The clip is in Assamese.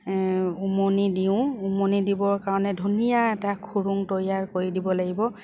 উমনি দিওঁ উমনি দিবৰ কাৰণে ধুনীয়া এটা খুৰুং তৈয়াৰ কৰি দিব লাগিব